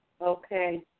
Okay